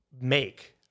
make